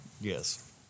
Yes